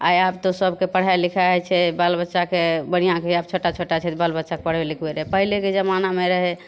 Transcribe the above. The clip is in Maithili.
आइ आब तऽ सभके पढ़ाइ लिखाइ होइ छै बच्चाके बढ़िआँ धिया छोटा छोटा बच्चाक पढ़बै लिखबै रहै पहिलेके जबाना रहै